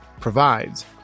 provides